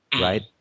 right